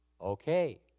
Okay